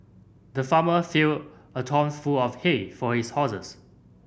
the farmer filled a trough full of hay for his horses